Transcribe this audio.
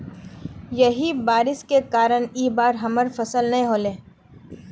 यही बारिश के कारण इ बार हमर फसल नय होले?